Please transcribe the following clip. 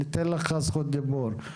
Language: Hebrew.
ניתן לך זכות דיבור.